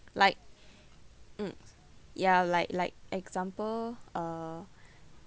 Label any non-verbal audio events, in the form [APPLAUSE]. like [BREATH] mm ya like like example uh